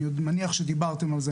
אני מניח שדיברתם על זה,